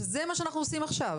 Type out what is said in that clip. זה מה שאנחנו עושים עכשיו.